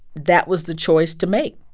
that was the choice to make,